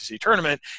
tournament